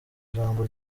ijambo